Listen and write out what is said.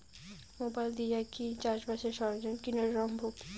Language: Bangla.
মোবাইল দিয়া কি চাষবাসের সরঞ্জাম কিনা সম্ভব?